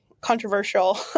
controversial